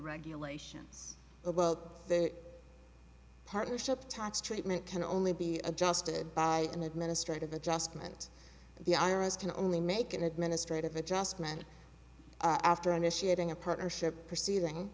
regulations about the partnership types treatment can only be adjusted by an administrative adjustment the i r s can only make an administrative adjustment after initiating a partnership proceeding